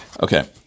Okay